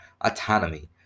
autonomy